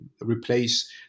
replace